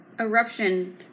eruption